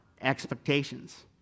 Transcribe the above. expectations